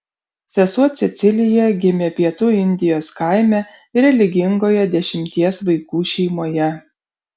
sesuo cecilija gimė pietų indijos kaime religingoje dešimties vaikų šeimoje